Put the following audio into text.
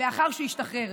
לאחר שישתחרר,